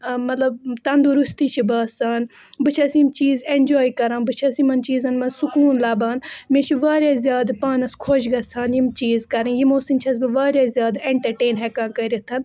ٲں مطلب تنٛدرستی چھِ باسان بہٕ چھیٚس یِم چیٖز ایٚنجوٛاے کَران بہٕ چھیٚس یِمَن چیٖزَن منٛز سُکوٗن لَبان مےٚ چھُ واریاہ زیادٕ پانَس خۄش گَژھان یِم چیٖز کَرٕنۍ یِمو سٕتۍ چھیٚس بہٕ واریاہ زیادٕ ایٚنٹَرٹین ہیٚکان کٔرِتھ